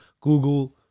Google